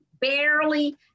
barely